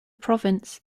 province